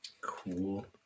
Cool